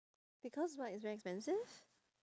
because what it's very expensive